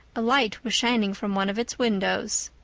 a light was shining from one of its windows.